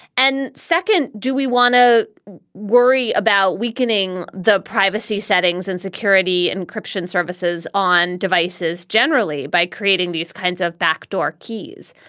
and second, do we want to worry about weakening the privacy settings and security encryption services on devices generally by creating these kinds of backdoor keys?